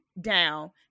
down